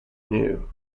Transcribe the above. knew